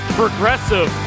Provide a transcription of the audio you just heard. progressive